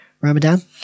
Ramadan